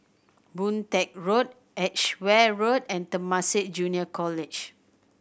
Boon Teck Road Edgeware Road and Temasek Junior College